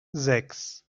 sechs